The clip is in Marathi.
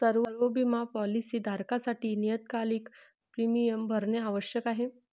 सर्व बिमा पॉलीसी धारकांसाठी नियतकालिक प्रीमियम भरणे आवश्यक आहे